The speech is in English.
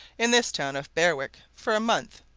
in this town of berwick. for a month.